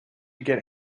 get